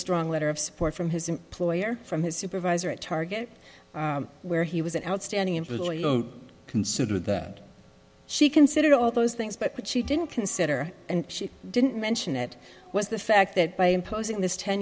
strong letter of support from his employer from his supervisor at target where he was an outstanding employee considered that she considered all those things but she didn't consider and she didn't mention it was the fact that by imposing this ten